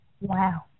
Wow